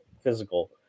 physical